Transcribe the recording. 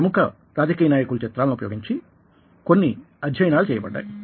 ప్రముఖ రాజకీయ నాయకుల చిత్రాలను ఉపయోగించి కొన్ని అధ్యయనాలు చేయబడ్డాయి